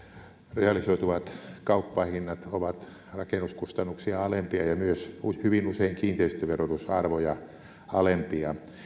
realisoituvat kauppahinnat ovat rakennuskustannuksia alempia ja myös hyvin usein kiinteistöverotusarvoja alempia